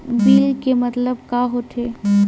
Bill के मतलब का होथे?